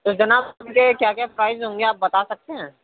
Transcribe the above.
تو جناب مجھے کیا کیا پرائس ہوں گے آپ بتا سکتے ہیں